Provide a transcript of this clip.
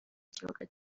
kibuga